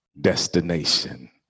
destination